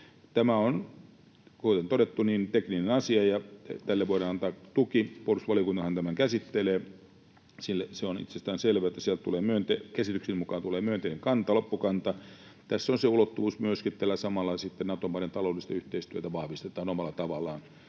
Tämä on, kuten todettu, tekninen asia, ja tälle voidaan antaa tuki. Puolustusvaliokuntahan tämän käsittelee. Siellä käsitykseni mukaan tulee myönteinen kanta, loppukanta. Tässä on se ulottuvuus myöskin, että tällä samalla sitten Nato-maiden taloudellista yhteistyötä vahvistetaan omalla tavallaan,